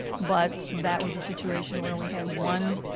but that was a situation where we had one